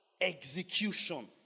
execution